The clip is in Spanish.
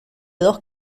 dos